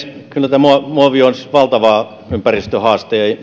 kyllä muovi on valtava ympäristöhaaste